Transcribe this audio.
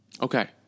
Okay